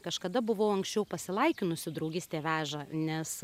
kažkada buvau anksčiau pasilaikinusi draugystė veža nes